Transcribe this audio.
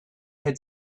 had